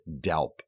Delp